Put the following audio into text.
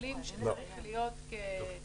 כתקולים שזה צריך להיות כ- -- לא.